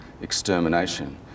extermination